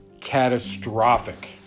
catastrophic